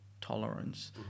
tolerance